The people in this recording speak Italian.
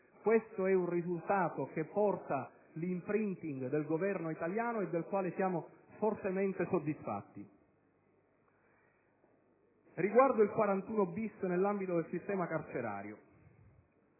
Questo è un risultato che porta l'*imprinting* del Governo italiano e del quale siamo fortemente soddisfatti. Il regime di cui all'articolo 41-*bis*, nell'ambito del sistema carcerario,